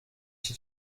iki